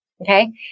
Okay